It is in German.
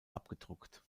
abgedruckt